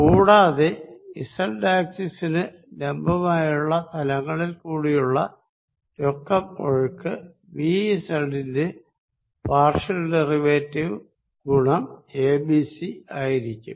കൂടാതെ z ആക്സിസിനു പെർപെൻഡികുലറായുള്ള തലങ്ങളിൽക്കൂടിയുള്ള നെറ്റ് ഫ്ലോ Vz ന്റെ പാർഷ്യൽ ഡെറിവേറ്റീവ് ഗുണം abc ആയിരിക്കും